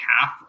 half